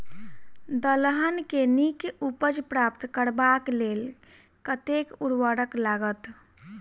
दलहन केँ नीक उपज प्राप्त करबाक लेल कतेक उर्वरक लागत?